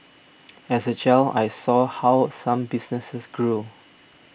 as a child I saw how some businesses grew